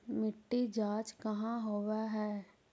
मिट्टी जाँच कहाँ होव है?